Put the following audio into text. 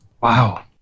Wow